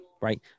right